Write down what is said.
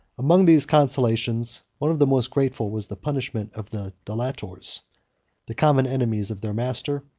among these consolations, one of the most grateful was the punishment of the delators the common enemies of their master,